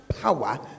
Power